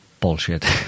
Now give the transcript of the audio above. bullshit